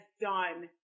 done